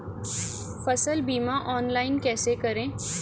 फसल बीमा ऑनलाइन कैसे करें?